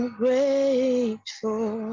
grateful